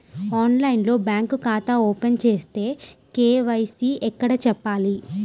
ఆన్లైన్లో బ్యాంకు ఖాతా ఓపెన్ చేస్తే, కే.వై.సి ఎక్కడ చెప్పాలి?